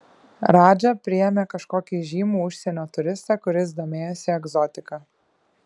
radža priėmė kažkokį įžymų užsienio turistą kuris domėjosi egzotika